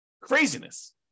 Craziness